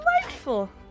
delightful